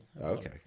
Okay